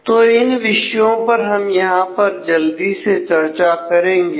तो इन विषयों पर हम यहां पर जल्दी से चर्चा करेंगे